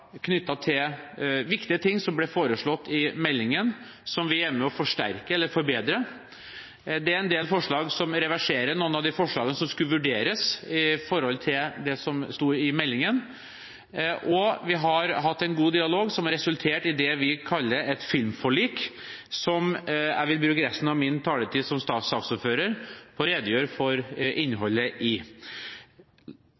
til viktige ting som ble foreslått i meldingen, som vi er med og forsterker eller forbedrer. Det er en del forslag som reverserer noen av de forslagene som skulle vurderes, med hensyn til det som sto i meldingen, og vi har hatt en god dialog som har resultert i det vi kaller et filmforlik, som jeg vil bruke resten av min taletid som saksordfører til å redegjøre for innholdet